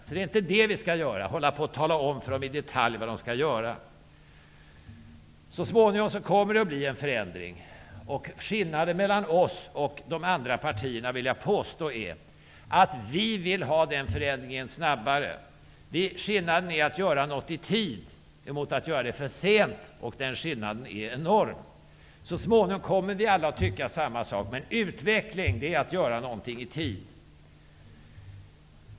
Vi skall inte hålla på att i detalj tala om för människor vad de skall göra. Så småningom kommer det att ske en förändring. Jag vill påstå att skillnaderna mellan oss och de andra partierna är att vi vill se en snabbare förändring, vi vill göra något i tid och att de är för sent ute. Den skillnaden är enorm. Med tiden kommer vi alla att tycka samma sak, men utveckling innebär att man gör någonting i tid.